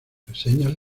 reseñas